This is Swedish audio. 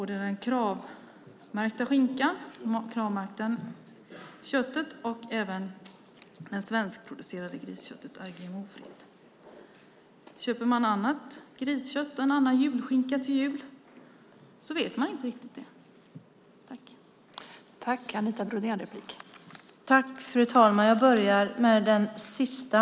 Den Kravmärkta skinkan och det svenskproducerade grisköttet är GMO-fritt. Köper man annat griskött och en annan julskinka till jul vet man inte riktigt vad man får.